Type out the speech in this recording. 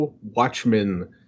Watchmen